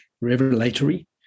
revelatory